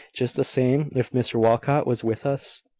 just the same if mr walcot was with us?